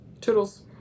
Toodles